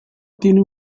tiene